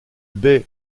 bey